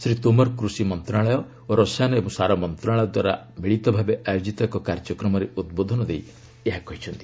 ଶ୍ରୀ ତୋମର କୃଷି ମନ୍ତଣାଳୟ ଓ ରସାୟନ ଏବଂ ସାର ମନ୍ତଣାଳୟ ଦ୍ୱାରା ମିଳିତ ଭାବେ ଆୟୋଜିତ ଏକ କାର୍ଯ୍ୟକ୍ରମରେ ଉଦ୍ବୋଧନ ଦେଇ ଏହା କହିଛନ୍ତି